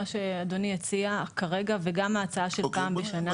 מה שאדוני הציע כרגע וגם ההצעה של פעם בשנה.